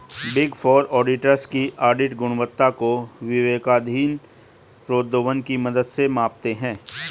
big four auditors की audit गुणवत्ता को विवेकाधीन प्रोद्भवन की मदद से मापते हैं